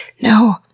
No